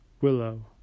Willow